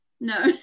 No